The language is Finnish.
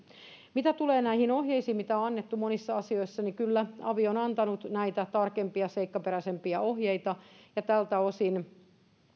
mitä tulee näihin ohjeisiin mitä on annettu monissa asioissa niin kyllä avi on antanut näitä tarkempia ja seikkaperäisempiä ohjeita ja tältä osin